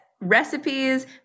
recipes